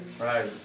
right